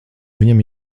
viņam